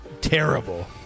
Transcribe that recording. Terrible